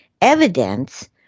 evidence